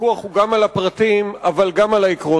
הוויכוח הוא גם על הפרטים אבל גם על העקרונות.